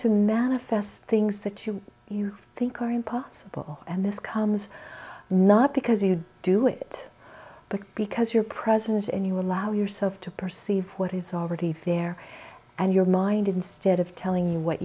to manifest things that you you think are impossible and this comes not because you do it but because your present and you allow yourself to perceive what is already theer and your mind instead of telling you what